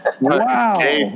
Wow